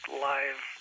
live